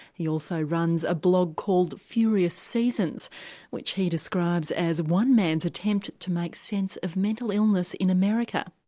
he also runs a blog called furious seasons which he describes as one man's attempt to make sense of mental illness in america.